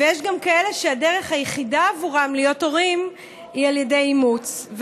ויש גם כאלה שהדרך היחידה עבורם להיות הורים היא על ידי אימוץ,